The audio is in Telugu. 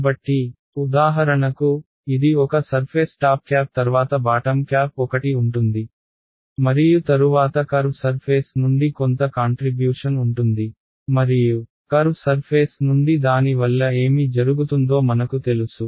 కాబట్టి ఉదాహరణకు ఇది ఒక సర్ఫేస్ టాప్ క్యాప్ తర్వాత బాటమ్ క్యాప్ 1 ఉంటుంది మరియు తరువాత కర్వ్ సర్ఫేస్ నుండి కొంత కాంట్రిబ్యూషన్ ఉంటుంది మరియు కర్వ్ సర్ఫేస్ నుండి దాని వల్ల ఏమి జరుగుతుందో మనకు తెలుసు